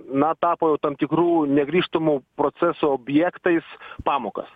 na tapo jau tam tikrų negrįžtamų procesų objektais pamokas